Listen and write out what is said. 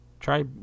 Try